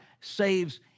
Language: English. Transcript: saves